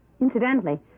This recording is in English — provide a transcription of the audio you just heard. Incidentally